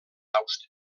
àustria